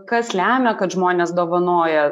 kas lemia kad žmonės dovanoja